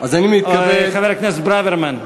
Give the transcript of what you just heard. חבר הכנסת ברוורמן,